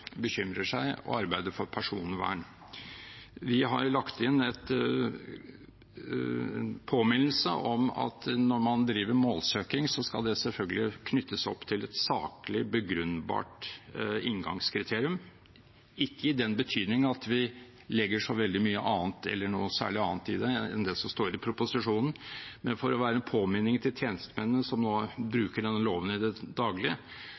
bekymrer seg og arbeider for personvern. Vi har lagt inn en påminnelse om at når man driver målsøking, skal det selvfølgelig knyttes til et saklig begrunnbart inngangskriterium – ikke i den betydning at vi legger noe særlig annet i det enn det som står i proposisjonen, men for å være en påminning til tjenestemennene som nå bruker denne loven i det